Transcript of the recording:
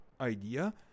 idea